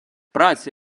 праця